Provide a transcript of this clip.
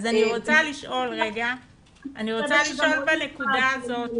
אני רוצה לשאול בנקודה הזאת.